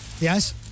Yes